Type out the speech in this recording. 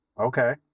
Okay